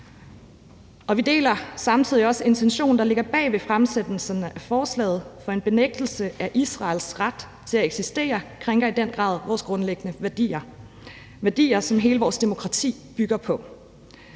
Vi deler samtidig også intentionen, der ligger bag fremsættelsen af forslaget, for en benægtelse af Israels ret til at eksistere krænker i den grad vores grundlæggende værdier – værdier, som hele vores demokrati bygger på.